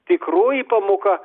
tikroji pamoka